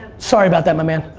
sorry about that my man.